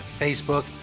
Facebook